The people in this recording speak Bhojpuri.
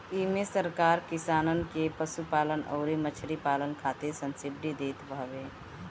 इमे सरकार किसानन के पशुपालन अउरी मछरी पालन खातिर सब्सिडी देत हवे